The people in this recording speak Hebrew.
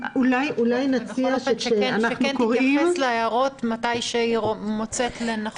אני מציעה שהיא תתייחס להערות מתי שהיא מוצאת לנכון.